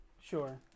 Sure